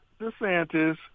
DeSantis